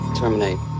terminate